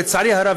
לצערי הרב,